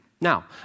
Now